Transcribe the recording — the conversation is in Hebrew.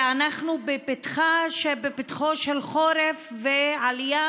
ואנחנו בפתחו של חורף ועלייה,